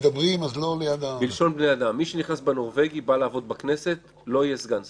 בא לעבוד בכנסת, לא יהיה סגן שר.